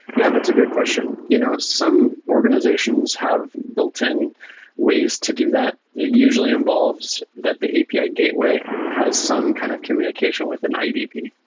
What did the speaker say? yeah, that's a good question. you know some organizations have built-in ways to do that. it usually involves that the api gateway has some kind of communication with an idp.